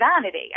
vanity